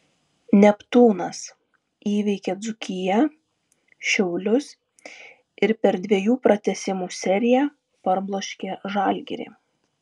neptūnas įveikė dzūkiją šiaulius ir per dviejų pratęsimų seriją parbloškė žalgirį